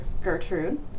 Gertrude